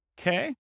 Okay